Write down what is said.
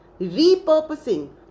repurposing